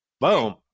boom